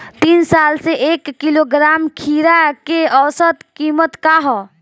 तीन साल से एक किलोग्राम खीरा के औसत किमत का ह?